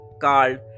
called